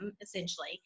essentially